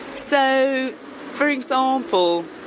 so for example,